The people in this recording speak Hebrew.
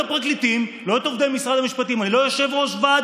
היא לא,